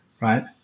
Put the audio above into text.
right